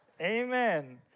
Amen